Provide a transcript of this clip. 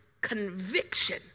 conviction